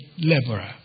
laborer